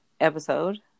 episode